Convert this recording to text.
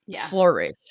flourish